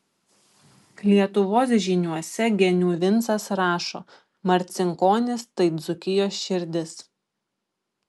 lietuvos žyniuose genių vincas rašo marcinkonys tai dzūkijos širdis